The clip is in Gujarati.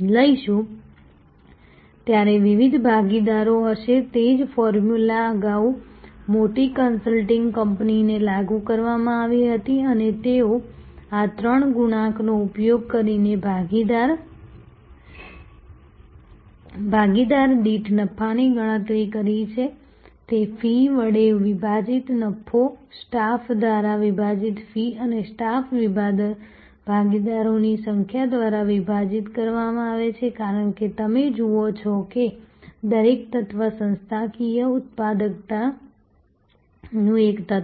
લઈશું ત્યારે વિવિધ ભાગીદારો હશે તે જ ફોર્મ્યુલા અગાઉ મોટી કન્સલ્ટિંગ કંપનીને લાગુ કરવામાં આવી હતી અને તેઓ આ ત્રણ ગુણાંકનો ઉપયોગ કરીને ભાગીદાર દીઠ નફાની ગણતરી કરી છે તે ફી વડે વિભાજિત નફો સ્ટાફ દ્વારા વિભાજિત ફી અને સ્ટાફને ભાગીદારોની સંખ્યા દ્વારા વિભાજિત કરવામાં આવે છે કારણ કે તમે જુઓ છો કે દરેક તત્વ સંસ્થાકીય ઉત્પાદકતાનું એક તત્વ છે